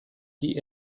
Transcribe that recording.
die